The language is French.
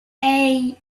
hey